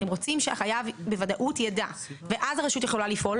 אתם רוצים שהחייב בוודאות ידע ואז הרשות יכולה לפעול